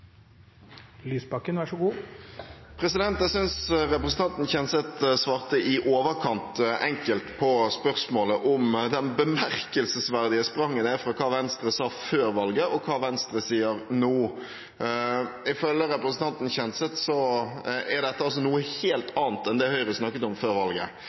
Jeg synes representanten Kjenseth svarte i overkant enkelt på spørsmålet om det bemerkelsesverdige spranget ned fra hva Venstre sa før valget, og til det Venstre sier nå. Ifølge representanten Kjenseth er dette altså noe helt annet enn det Høyre snakket om før valget.